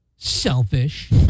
selfish